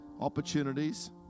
opportunities